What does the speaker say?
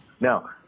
Now